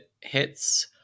hits